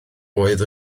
oedd